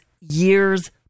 years